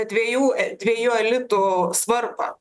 dviejų dviejų elitų svarbą